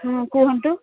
ହଁ କୁହନ୍ତୁ